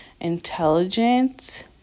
intelligent